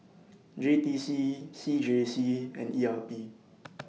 J T C C J C and E R P